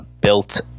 built